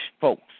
folks